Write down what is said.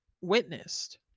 witnessed